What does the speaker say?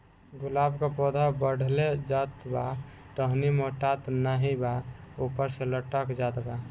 गुलाब क पौधा बढ़ले जात बा टहनी मोटात नाहीं बा ऊपर से लटक जात बा?